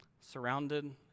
surrounded